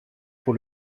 pour